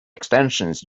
extensions